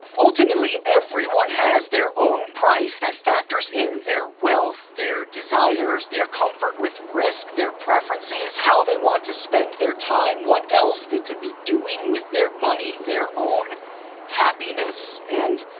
ultimately, everyone has their own price that factors in their wealth, their desires, their comfort with risk, their preferences, how they want to spend their time, what else they could be doing with their money, their own happiness. and